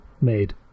made